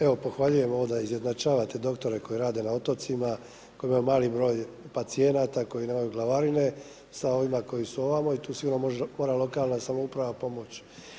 Evo pohvaljujem ovo da izjednačavate doktore koji rade na otocima, koji imaju mali broj pacijenata, koji nemaju glavarine sa ovima koji su ovamo i tu sigurno može puno lokalna samouprava pomoć.